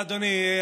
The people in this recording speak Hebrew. תודה, אדוני.